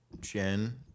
Jen